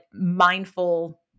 mindful